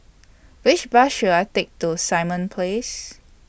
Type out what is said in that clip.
Which Bus should I Take to Simon Place